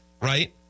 right